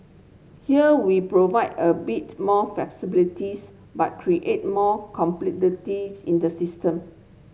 here we provide a bit more flexibilities but create more complexity in the system